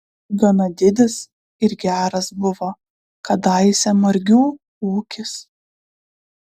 gana didis ir geras buvo kadaise margių ūkis